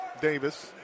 Davis